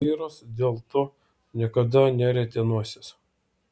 vladimiras dėl to niekada nerietė nosies